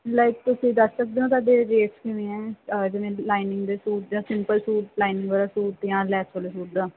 like ਤੁਸੀਂ ਦੱਸ ਸਕਦੇ ਹੋ ਤੁਹਾਡੇ ਰੇਟਸ ਕਿਵੇਂ ਹੈ ਜਿਵੇਂ ਲਾਈਨਿੰਗ ਦੇ ਸੂਟ ਜਾਂ ਸਿੰਪਲ ਸੂਟ ਲਾਈਨਿੰਗ ਵਾਲਾ ਸੂਟ ਜਾਂ ਲੈਸ ਵਾਲੇ ਸੂਟ ਦਾ